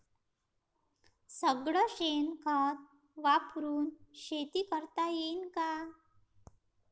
सगळं शेन खत वापरुन शेती करता येईन का?